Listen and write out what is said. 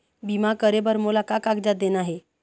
बीमा करे बर मोला का कागजात देना हे?